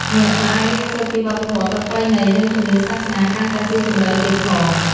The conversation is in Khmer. អ្នកក៏អាចរៀនសូត្រពីវប្បធម៌ ប្រពៃណី និងជំនឿសាសនាកាន់តែស៊ីជម្រៅទៀតផង។